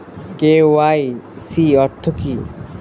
KYC অর্থ কি?